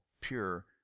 pure